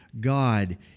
God